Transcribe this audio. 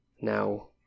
now